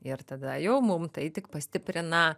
ir tada jau mum tai tik pastiprina